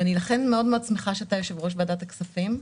לכן אני שמחה מאוד שאתה יושב-ראש ועדת הכספים.